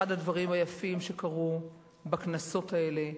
אחד הדברים היפים שקרו בכנסות האלה,